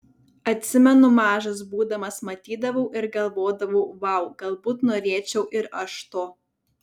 atsimenu mažas būdamas matydavau ir galvodavau vau galbūt norėčiau ir aš to